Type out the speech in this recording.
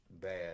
bad